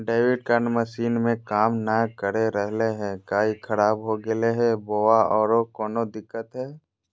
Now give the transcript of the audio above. Debit card machine में काम नाय कर रहले है, का ई खराब हो गेलै है बोया औरों कोनो दिक्कत है?